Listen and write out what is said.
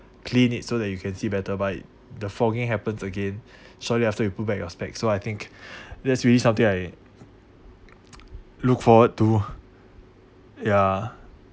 clean it so that you can see better but the fogging happens again shortly after you put back your spec so I think that's really something I look forward to ya